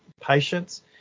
patients